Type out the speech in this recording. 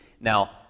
Now